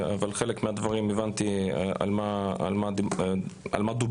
אבל בחלק מהדברים הבנתי על מה מדובר.